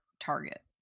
Target